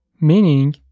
meaning